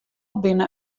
binne